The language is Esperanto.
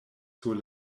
sur